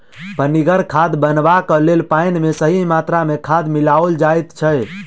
पनिगर खाद बनयबाक लेल पाइन मे सही मात्रा मे खाद मिलाओल जाइत छै